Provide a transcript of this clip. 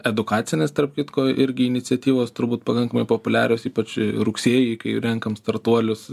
edukacinės tarp kitko irgi iniciatyvos turbūt pakankamai populiarios ypač rugsėjį kai renkam startuolius